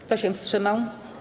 Kto się wstrzymał?